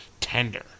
tender